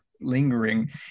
lingering